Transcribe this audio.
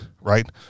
right